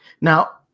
Now